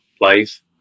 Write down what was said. life